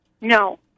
No